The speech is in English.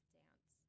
dance